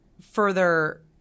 further